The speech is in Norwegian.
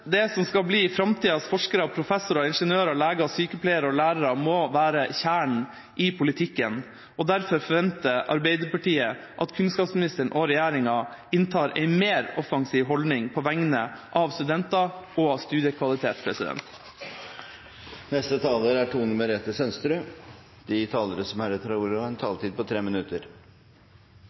De som skal bli framtidas forskere, professorer, ingeniører, leger, sykepleiere og leger, må være kjernen i politikken. Derfor forventer Arbeiderpartiet at kunnskapsministeren og regjeringa inntar en mer offensiv holdning på vegne av studenter og studiekvalitet. De talere som heretter får ordet, har en